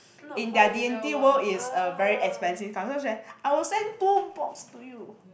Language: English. in their dainty world is a very expensive I will send two box to you